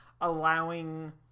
allowing